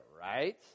right